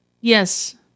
Yes